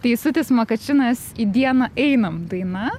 teisutis makačinas į dieną einam daina